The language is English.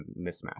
mismatch